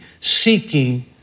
seeking